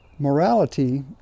Morality